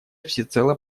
всецело